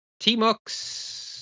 TMUX